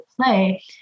play